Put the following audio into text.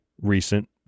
recent